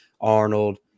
Arnold